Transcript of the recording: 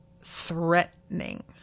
threatening